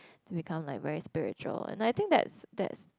to become like very spiritual but I think that's that's